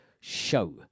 show